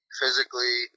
physically